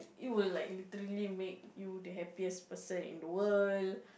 it will like literally make you the happiest person in the world